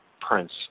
prince